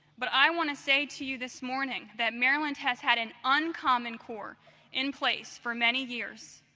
but i want to say to you this morning that maryland has had an uncommon core in place for many years,